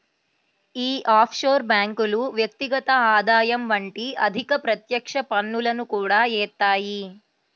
యీ ఆఫ్షోర్ బ్యేంకులు వ్యక్తిగత ఆదాయం వంటి అధిక ప్రత్యక్ష పన్నులను కూడా యేత్తాయి